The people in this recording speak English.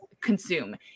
consume